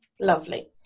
Lovely